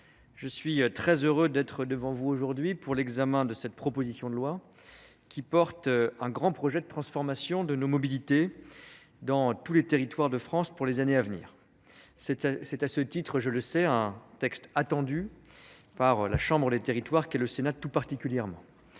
je suis très heureux d'être devant vous aujourd'hui pour l'examen de cette proposition de loi qui porte un grand projet de transformation de nos mobilités dans tous les territoires de France pour les années à venir. C'est à ce titre, je le sais, un texte attendu par la Chambre des territoires qui, le Sénat tout particulièrement,